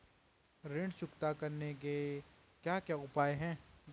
ऋण चुकता करने के क्या क्या उपाय हैं?